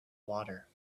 water